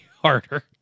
harder